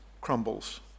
crumbles